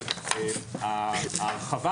אני מניח,